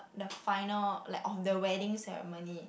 the final like on the wedding ceremony